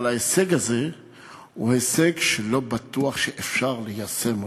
אבל ההישג הזה הוא הישג שלא בטוח שאפשר ליישם אותו.